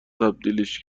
تبدیلش